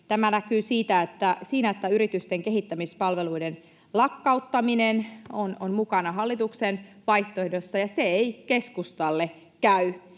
Tämä näkyy siinä, että yritysten kehittämispalveluiden lakkauttaminen on mukana hallituksen vaihtoehdossa, ja se ei keskustalle käy.